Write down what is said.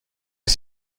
est